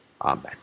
Amen